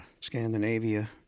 Scandinavia